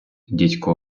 дідько